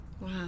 Wow